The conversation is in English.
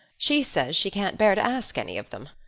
she says she can't bear to ask any of them.